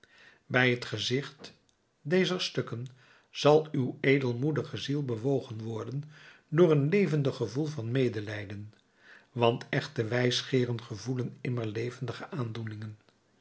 bij t gezicht dezer stukken zal uw edelmoedige ziel bewogen worden door een levendig gevoel van medelijden want echte wijsgeeren gevoelen immer levendige aandoeningen